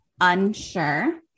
unsure